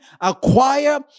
acquire